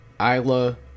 Isla